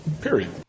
Period